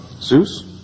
Zeus